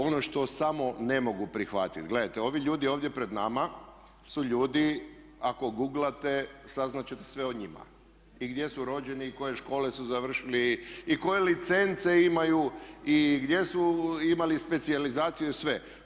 Ono što samo ne mogu prihvatiti, gledajte ovi ljudi ovdje pred nama su ljudi ako guglate saznate ćete sve o njima i gdje su rođeni i koje škole su završili i koje licence imaju i gdje su imali specijalizaciju i sve.